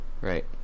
Right